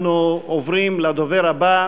אנחנו עוברים לדובר הבא,